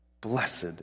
Blessed